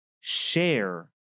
share